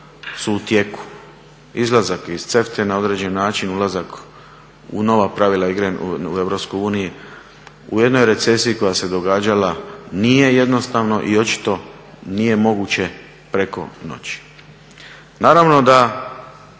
su u tijeku, izlazak iz … na određen način, ulazak u nova pravila igre u EU, u jednoj recesiji koja se događala nije jednostavno i očito nije moguće preko noći. Naravno da